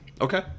Okay